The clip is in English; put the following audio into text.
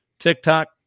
TikTok